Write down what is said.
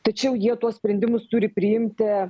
tai čia jau jie tuos sprendimus turi priimti